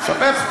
אני מספר לך.